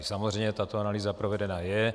Samozřejmě tato analýza provedena je.